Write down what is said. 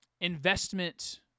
investment